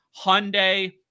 Hyundai